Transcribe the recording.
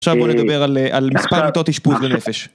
עכשיו בוא נדבר על מספר מיטות אשפוז לנפש